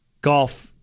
golf